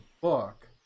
book